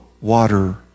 water